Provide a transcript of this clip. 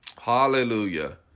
Hallelujah